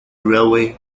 railway